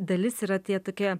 dalis yra tie tokie